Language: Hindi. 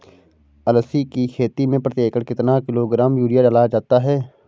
अलसी की खेती में प्रति एकड़ कितना किलोग्राम यूरिया डाला जाता है?